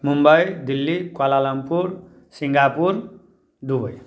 Mumbai Delhi Kuala Lumpur Singapore Dubai